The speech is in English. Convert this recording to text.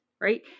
right